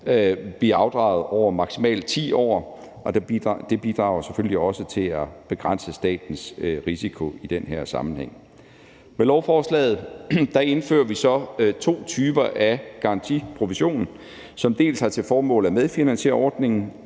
bliver afdraget over maksimalt 10 år. Det bidrager selvfølgelig også til at begrænse statens risiko i den her sammenhæng. Med lovforslaget indfører vi to typer af garantiprovision, som dels har til formål at medfinansiere ordningen,